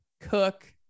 cook